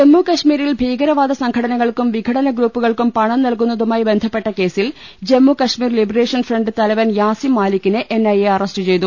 ജമ്മു കശ്മീരിൽ ഭീകരവാദ സംഘടനകൾക്കും വിഘടന ഗ്രൂ പ്പുകൾക്കും പണം നൽകുന്നതുമായി ബന്ധപ്പെട്ട കേസിൽ ജമ്മു കശ്മീർ ലിബറേഷൻഫ്രണ്ട് തലവൻ യാസിം മാലിക്കിനെ എൻഐ അറസ്റ്റ് ചെയ്തു